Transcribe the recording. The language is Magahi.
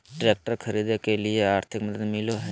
ट्रैक्टर खरीदे के लिए आर्थिक मदद मिलो है?